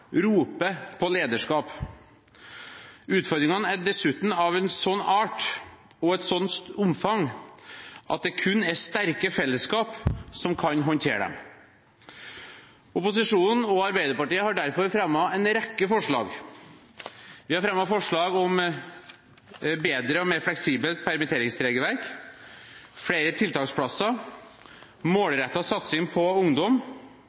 roper på lederskap. Utfordringene er dessuten av en sånn art og av et sånt omfang at det kun er sterke fellesskap som kan håndtere dem. Opposisjonen, deriblant Arbeiderpartiet, har derfor fremmet en rekke forslag. Vi har fremmet forslag om et bedre og mer fleksibelt permitteringsregelverk, flere tiltaksplasser, målrettet satsing på ungdom,